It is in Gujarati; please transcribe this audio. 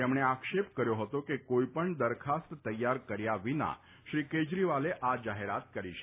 તેમણે આક્ષેપ કર્યો હતો કે કોઇપણ દરખાસ્ત તૈયાર કર્યા વિના શ્રી કેજરીવાલે આ જાહેરાત કરી છે